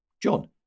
John